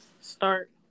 start